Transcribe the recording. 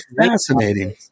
fascinating